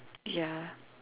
yeah